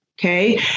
Okay